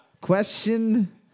Question